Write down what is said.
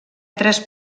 tres